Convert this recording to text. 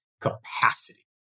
capacity